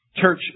church